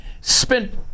spent